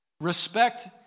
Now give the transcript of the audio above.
Respect